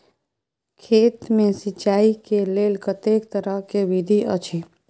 खेत मे सिंचाई के लेल कतेक तरह के विधी अछि?